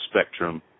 spectrum